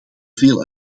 veel